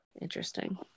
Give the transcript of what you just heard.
Interesting